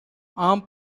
armed